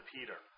Peter